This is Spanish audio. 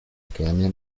academia